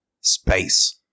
space